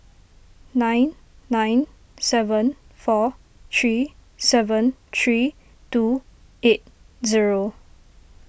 nine nine seven four three seven three two eight zero